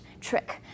trick